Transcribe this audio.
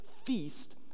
feast